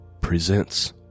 presents